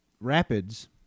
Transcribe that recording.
Rapids